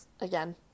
again